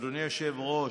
אדוני היושב-ראש,